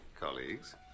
colleagues